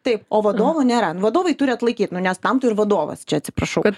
taip o vadovų nėra nu vadovai turi atlaikyt nu nes tam tu ir vadovas čia atsiprašau